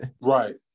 Right